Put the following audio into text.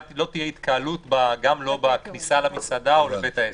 לא תהיה התקהלות גם לא בכניסה למסעדה או לבית העסק.